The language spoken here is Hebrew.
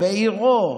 בעירו,